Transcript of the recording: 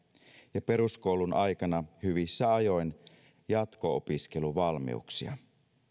ja peruskoulun aikana hyvissä ajoin jatko opiskeluvalmiuksia